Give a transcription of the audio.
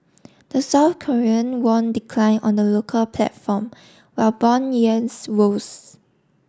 the South Korean won decline on the local platform while bond yields rose